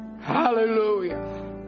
Hallelujah